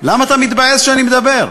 למה אתה מתבאס שאני מדבר?